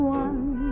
one